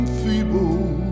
feeble